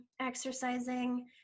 exercising